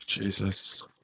Jesus